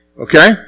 okay